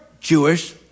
Jewish